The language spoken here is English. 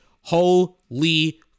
holy